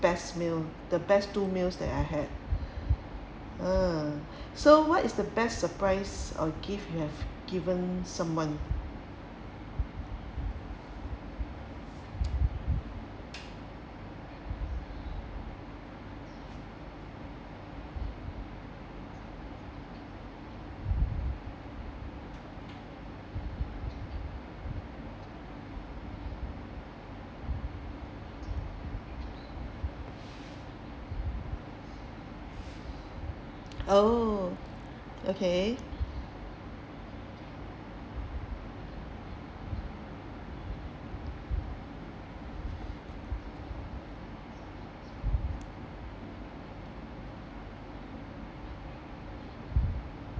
best meal the best two meals that I have uh so what is the best surprise or gift you have given someone oh okay